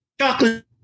chocolate